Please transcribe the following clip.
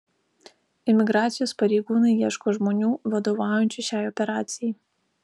imigracijos pareigūnai ieško žmonių vadovaujančių šiai operacijai